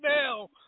now